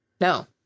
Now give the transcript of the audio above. No